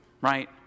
right